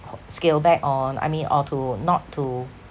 scale back on I mean or to not to